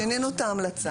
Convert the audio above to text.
שינינו את ההמלצה.